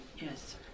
Yes